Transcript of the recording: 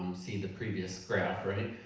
see the previous graph, right.